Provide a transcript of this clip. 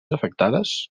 afectades